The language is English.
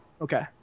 Okay